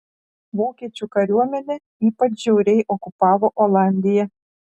vokiečių kariuomenė ypač žiauriai okupavo olandiją